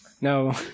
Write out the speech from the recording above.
No